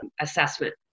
Assessment